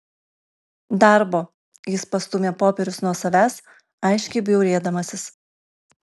darbo jis pastūmė popierius nuo savęs aiškiai bjaurėdamasis